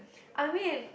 I mean